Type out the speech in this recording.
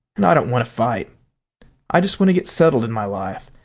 and i don't want to fight i just want to get settled in my life,